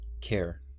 care